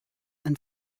and